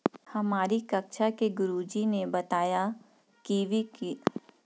हमारी कक्षा के गुरुजी ने बताया कीवी की सबसे अधिक पैदावार पहाड़ी क्षेत्र में होती है